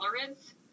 tolerance